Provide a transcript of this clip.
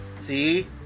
See